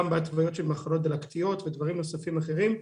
בהתוויות של מחלות דלקתיות ודברים נוספים אחרים.